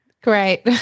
Great